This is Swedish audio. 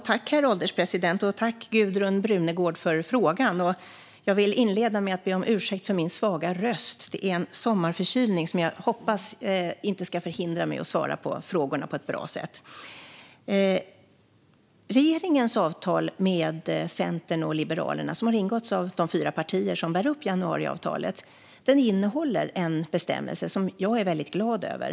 Herr ålderspresident! Jag tackar Gudrun Brunegård för frågan. Jag vill inleda med att be om ursäkt för min svaga röst; den beror på en sommarförkylning. Jag hoppas att det inte ska förhindra mig att besvara frågorna på ett bra sätt. Regeringens avtal med Centern och Liberalerna, som har ingåtts av de fyra partier som bär upp januariavtalet, innehåller en bestämmelse som jag är väldigt glad över.